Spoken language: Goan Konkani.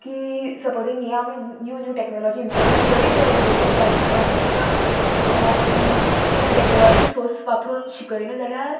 की सपोजींग हे आमी न्यू न्यू टॅक्नोलॉजी इम्प्लिमेंट करीत रावली भुरग्यांच्या आयुश्यान किंवां टॅक्नोलॉजी सोस वापरून शिकयलें जाल्यार